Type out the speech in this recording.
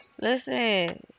listen